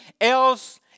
else